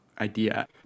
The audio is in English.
idea